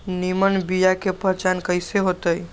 निमन बीया के पहचान कईसे होतई?